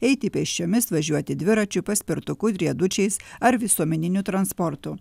eiti pėsčiomis važiuoti dviračiu paspirtuku riedučiais ar visuomeniniu transportu